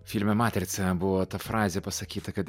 filme matrica buvo ta frazė pasakyta kad